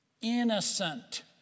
Innocent